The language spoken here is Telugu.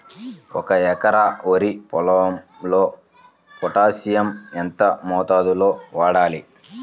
ఒక ఎకరా వరి పొలంలో పోటాషియం ఎంత మోతాదులో వాడాలి?